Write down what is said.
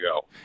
go